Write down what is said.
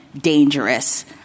dangerous